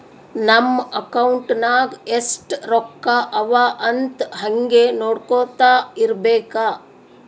ನಮ್ ಅಕೌಂಟ್ ನಾಗ್ ಎಸ್ಟ್ ರೊಕ್ಕಾ ಅವಾ ಅಂತ್ ಹಂಗೆ ನೊಡ್ಕೊತಾ ಇರ್ಬೇಕ